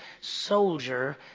soldier